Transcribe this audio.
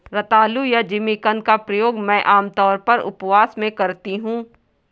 रतालू या जिमीकंद का प्रयोग मैं आमतौर पर उपवास में करती हूँ